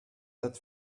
that